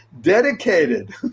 dedicated